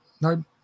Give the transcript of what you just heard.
No